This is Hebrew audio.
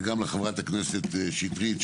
וגם לחברת הכנסת שטרית,